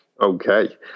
Okay